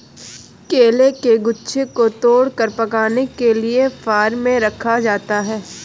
केले के गुच्छों को तोड़कर पकाने के लिए फार्म में रखा जाता है